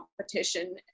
competition